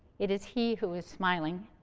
it is he who is smiling,